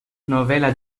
novel·la